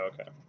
Okay